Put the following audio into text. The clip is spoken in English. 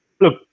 Look